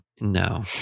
no